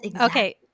Okay